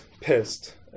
pissed